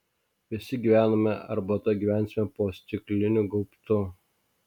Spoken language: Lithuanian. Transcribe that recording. visi gyvename arba tuoj gyvensime po stikliniu gaubtu